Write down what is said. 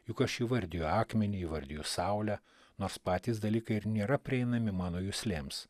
juk aš įvardiju akmenį įvardiju saulę nors patys dalykai ir nėra prieinami mano juslėms